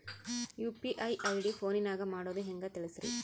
UPI ID ಫೋನಿನಾಗ ಮಾಡೋದು ಹೆಂಗ ತಿಳಿಸ್ರಿ?